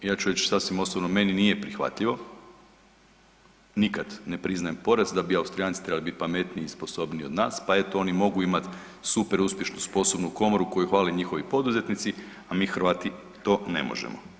I ja ću reći sasvim osobno meni nije prihvatljivo nikad ne priznajem poraz da bi Austrijanci trebali biti pametniji i sposobniji od nas, pa eto oni mogu imati super uspješnu, sposobnu komoru koju hvale njihovi poduzetnici, a mi Hrvati to ne možemo.